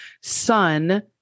Son